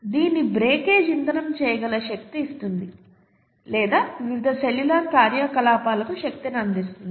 దీని బ్రేకేజ్ ఇంధనం చేయగల శక్తిని ఇస్తుంది లేదా వివిధ సెల్యులార్ కార్యకలాపాలకు శక్తిని అందిస్తుంది